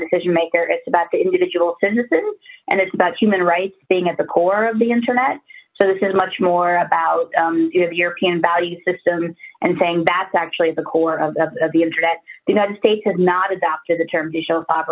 decision maker it's about the individual citizens and it's about human rights being at the core of the internet so this is much more about the european value system and saying that's actually the core of the internet the united states has not adopted the term d